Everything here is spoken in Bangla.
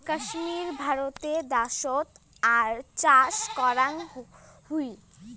কাশ্মীর ভারতে দ্যাশোত আর চাষ করাং হউ